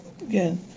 again